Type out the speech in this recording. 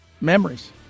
Memories